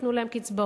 שייתנו להם קצבאות.